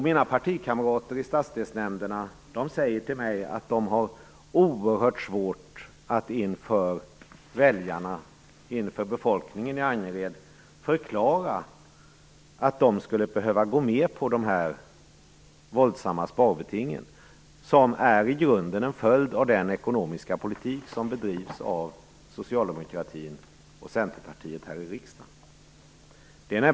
Mina partikamrater i stadsdelsnämnderna säger till mig att de har oerhört svårt att inför väljarna, inför befolkningen i Angered, förklara att de skulle behöva gå med på de här våldsamma sparbetingen, som i grunden är en följd av den ekonomiska politik som bedrivs av Socialdemokraterna och Centerpartiet här i riksdagen.